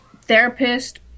therapist